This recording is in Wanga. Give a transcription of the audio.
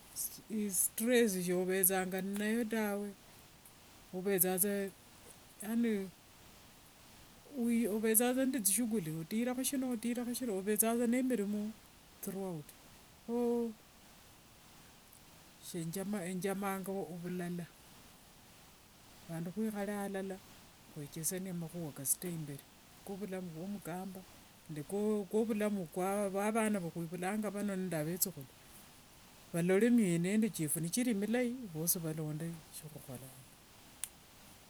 Istress sovethanga inayo tawe, uvethanga sa yani wi, ovethanga sa nde thisughuli. Otira khushino otira khushino, ovethanga sa nemirimo throughout. Kho enjamanga ovulala. Vandu khwikhale alala, khwechesanie makhua kasuta imberi, kovulavu vwa mukamba nde ko kovulavu vwa vana va khwivulanga vano nde vethukhulu. Valole mienendo chiefu nichili milai, vosi valonde shiakhukholanga.